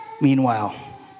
Meanwhile